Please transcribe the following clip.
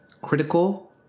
critical